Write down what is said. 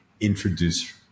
introduce